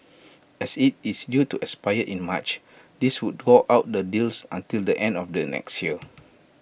as IT is due to expire in March this would draw out the deals until the end of the next year